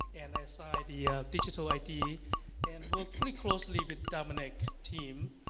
and i assigned the digital id and work pretty closely with dominic's team.